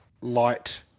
light